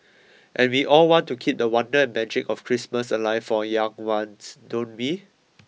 and we all want to keep the wonder and magic of Christmas alive for young ones don't we